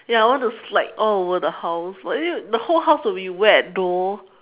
ya I want to slide all over the house maybe the whole house will be wet though